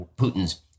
Putin's